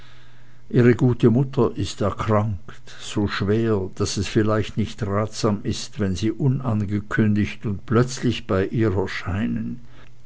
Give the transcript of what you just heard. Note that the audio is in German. ihre gute mutter ist erkrankt so schwer daß es vielleicht nicht ratsam ist wenn sie unangekündigt und plötzlich bei ihr erscheinen